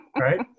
right